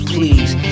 Please